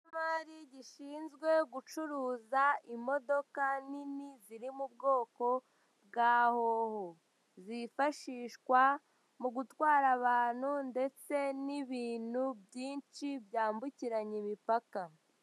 Ikigo cy'imari gishinzwe gucuruza imodoka nini ziri mu bwoko bwa howo zifashishwa mu gutwara abantu ndetse n'ibintu byinshi byambukiranya imipaka.